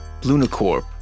Lunacorp